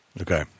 Okay